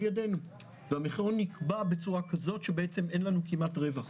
ידנו והמחירון נקבע בצורה כזאת שאין לנו כמעט רווח